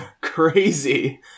crazy